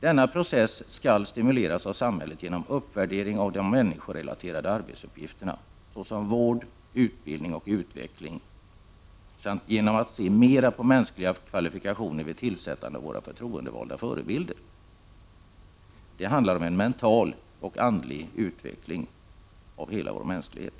Denna process skall stimuleras av samhället genom uppvärdering av de människorelaterade arbetsuppgifterna, såsom vård, utbildning och utveckling, samt genom att vi ser mera på mänskliga kvalifikationer vid tillsättandet av våra förtroendevalda förebilder. Det handlar om en mental och andlig utveckling av hela mänskligheten.